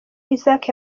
isaac